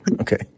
Okay